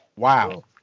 Wow